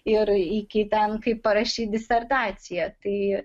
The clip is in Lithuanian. ir iki ten kaip parašyt disertaciją tai